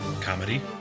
comedy